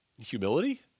Humility